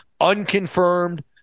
unconfirmed